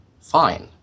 fine